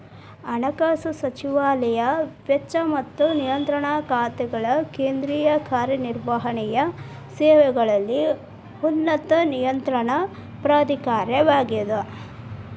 ಹಣಕಾಸು ಸಚಿವಾಲಯ ವೆಚ್ಚ ಮತ್ತ ನಿರ್ವಹಣಾ ಖಾತೆಗಳ ಕೇಂದ್ರೇಯ ಕಾರ್ಯ ನಿರ್ವಹಣೆಯ ಸೇವೆಗಳಲ್ಲಿ ಉನ್ನತ ನಿಯಂತ್ರಣ ಪ್ರಾಧಿಕಾರವಾಗ್ಯದ